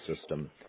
system